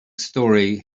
story